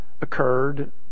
occurred